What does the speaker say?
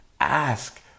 Ask